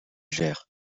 gère